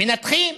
מנתחים.